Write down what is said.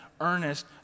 earnest